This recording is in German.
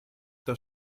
das